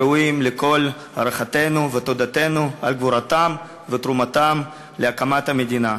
הראויים לכל הערכתנו ותודתנו על גבורתם ותרומתם להקמת המדינה.